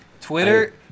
Twitter